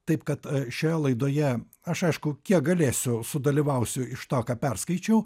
taip kad šioje laidoje aš aišku kiek galėsiu sudalyvausiu iš to ką perskaičiau